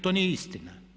To nije istina!